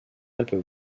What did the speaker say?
alpes